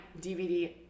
DVD